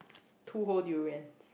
two hole durian